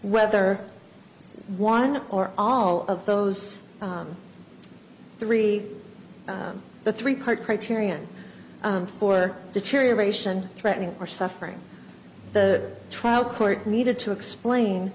whether one or all of those three the three part criterion for deterioration threatening or suffering the trial court needed to explain